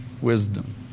wisdom